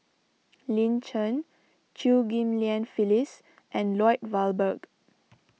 Lin Chen Chew Ghim Lian Phyllis and Lloyd Valberg